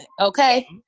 okay